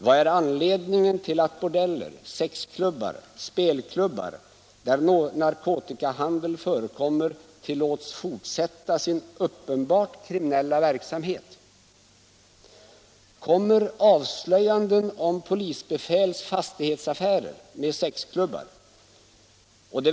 Vad är anledningen till att bordeller, sexklubbar och spelklubbar där narkotikahandel förekommer tillåts fortsätta sin uppenbart kriminella verksamhet?